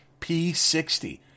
P60